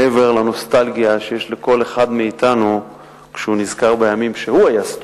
מעבר לנוסטלגיה שיש לכל אחד מאתנו כשהוא נזכר בימים שהוא היה סטודנט,